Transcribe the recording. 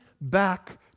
back